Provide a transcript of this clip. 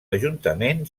ajuntament